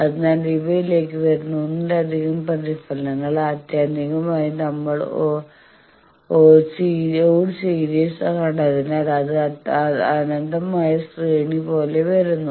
അതിനാൽ ഇവയിലേക്ക് വരുന്ന ഒന്നിലധികം പ്രതിഫലനങ്ങൾ ആത്യന്തികമായി നമ്മൾ ഓട് സീരീസ് കണ്ടതിനാൽ അത് അനന്തമായ ശ്രേണി പോലെ വരുന്നു